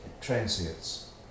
transients